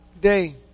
Day